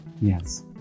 Yes